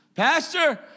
Pastor